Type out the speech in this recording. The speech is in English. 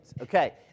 Okay